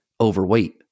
overweight